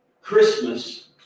Christmas